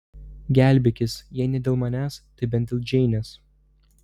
gelbėkis jei ne dėl manęs tai bent dėl džeinės